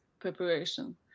preparation